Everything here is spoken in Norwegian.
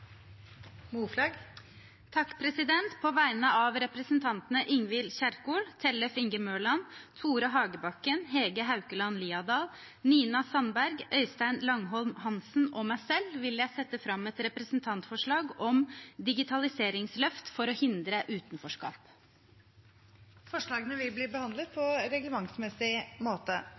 På vegne av representantene Ingvild Kjerkol, Tellef Inge Mørland, Tore Hagebakken, Hege Haukeland Liadal, Nina Sandberg, Øystein Langholm Hansen og meg selv vil jeg sette fram et representantforslag om digitaliseringsløft for å hindre utenforskap. Forslagene vil bli behandlet på reglementsmessig måte.